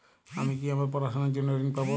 আমি কি আমার পড়াশোনার জন্য ঋণ পাব?